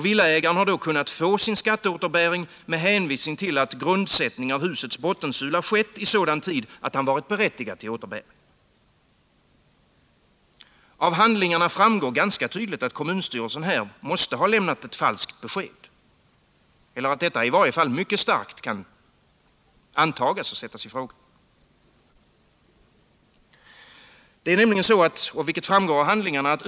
Villaägaren hade då kunnat få skatteåterbäring med hänvisning till att grundsättning av husets bottensula utförts i sådan tid att han varit berättigad till återbäring. Av handlingarna i ärendet framgår ganska tydligt att kommunstyrelsen här måste ha lämnat ett falskt besked, i varje fall att detta mycket starkt kan sättas i fråga.